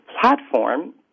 platform